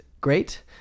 Great